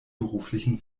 beruflichen